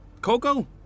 Coco